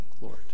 Lord